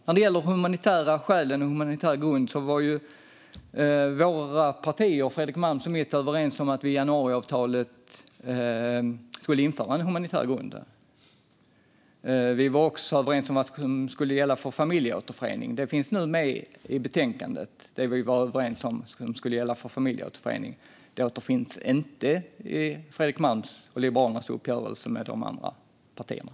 När det gäller de humanitära skälen och humanitär grund var Fredrik Malms parti och mitt parti överens om att vi skulle införa en humanitär grund i januariavtalet. Vi var också överens om att det skulle gälla för familjeåterförening. Det som vi var överens om skulle gälla för familjeåterförening finns nu med i betänkandet. Det återfinns inte i Fredrik Malms och Liberalernas uppgörelse med de andra partierna.